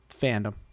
fandom